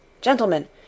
Gentlemen